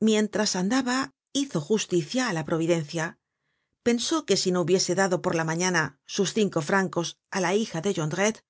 mientras andaba hizo justicia á la providencia pensó que si no hubiese dado por la mañana sus cinco francos á la hija de jondrette